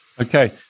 Okay